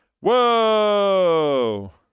Whoa